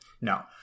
No